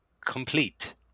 complete